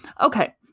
Okay